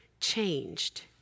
changed